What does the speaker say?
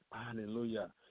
hallelujah